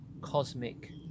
cosmic